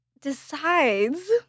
decides